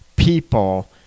people